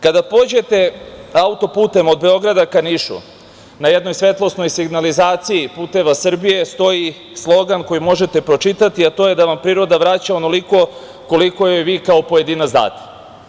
Kada pođete autoputem od Beograda ka Nišu na jednoj svetlosnoj signalizaciji „Puteva Srbije“ stoji slogan koji možete pročitati, a to je da vam priroda vraća onoliko koliko joj vi kao pojedinac date.